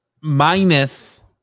minus